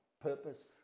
purpose